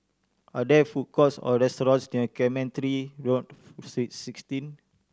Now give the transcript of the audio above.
are there food courts or restaurants near Cemetry North Saint sixteen